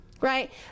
right